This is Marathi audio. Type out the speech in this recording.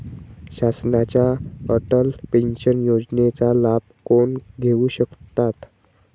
शासनाच्या अटल पेन्शन योजनेचा लाभ कोण घेऊ शकतात?